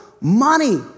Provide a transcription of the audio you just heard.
money